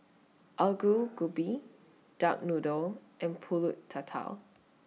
Gobi Duck Noodle and Pulut Tatal